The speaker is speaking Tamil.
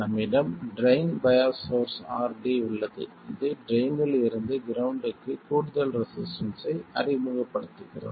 நம்மிடம் ட்ரைன் பையாஸ் சோர்ஸ் RD உள்ளது இது ட்ரைன் இல் இருந்து கிரவுண்ட்க்கு கூடுதல் ரெசிஸ்டன்ஸ்ஸை அறிமுகப்படுத்துகிறது